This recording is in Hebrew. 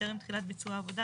בטרם תחילת (3) ביצוע העבודה,